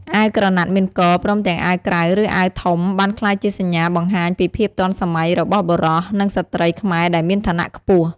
អាវក្រណាត់មានក ព្រមទាំងអាវក្រៅ ឬ អាវធំបានក្លាយជាសញ្ញាបង្ហាញពីភាពទាន់សម័យរបស់បុរស និងស្ត្រីខ្មែរដែលមានឋានៈខ្ពស់។